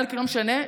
לא משנה,